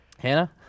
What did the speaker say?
Hannah